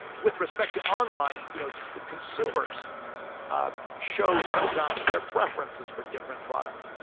with respect to online, you know the consumers ah show sometimes their preferences for different products.